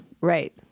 right